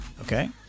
Okay